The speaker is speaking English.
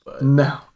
No